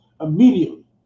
immediately